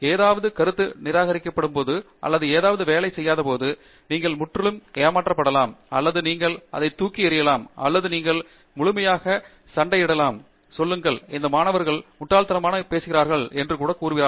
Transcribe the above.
ஏதாவது கருத்து நிராகரிக்கப்படும்போது அல்லது ஏதாவது வேலை செய்யாதபோது நீங்கள் முற்றிலும் ஏமாற்றப்படலாம் அல்லது நீங்கள் அதை தூக்கி எறியலாம் அல்லது நீங்கள் முழுமையாக சண்டையிடலாம் சொல்லுங்கள் இந்த பையன் முட்டாள்தனமாக பேசுகிறான் முதலியன